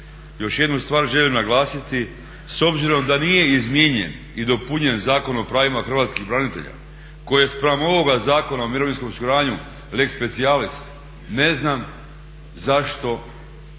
Još jednu stvar želim naglasiti s obzirom da nije izmijenjen i dopunjen Zakon o pravima hrvatskih branitelja koje spram ovoga Zakona o mirovinskom osiguranju lex specialis ne znam zašto